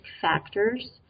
factors